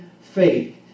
faith